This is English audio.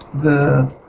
the